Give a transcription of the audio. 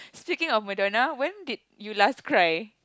speaking of Madonna when did you last cry